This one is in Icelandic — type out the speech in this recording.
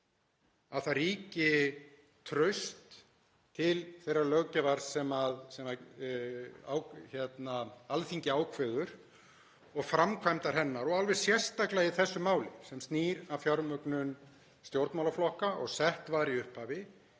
að það ríki traust til þeirrar löggjafar sem Alþingi ákveður og framkvæmdar hennar og alveg sérstaklega í þessu máli sem snýr að fjármögnun stjórnmálaflokka og sett var í upphafi